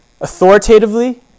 authoritatively